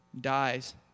dies